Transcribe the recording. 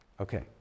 Okay